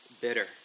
bitter